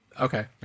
Okay